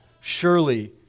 Surely